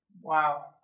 Wow